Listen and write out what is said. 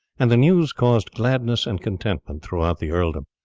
and the news caused gladness and contentment throughout the earldom.